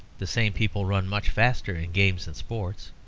the same people run much faster in games and sports.